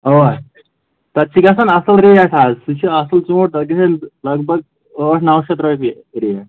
اَوا تَتھ چھِ گژھان اَصٕل ریٹ آز سُہ چھِ اَصٕل ژوٗنٛٹھ تَتھ گژھن لگ بگ ٲٹھ نَو شَتھ رۄپیہِ ریٹ